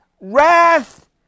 wrath